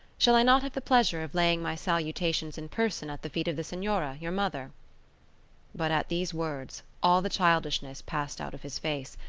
shall i not have the pleasure of laying my salutations in person at the feet of the senora, your mother but at these words all the childishness passed out of his face,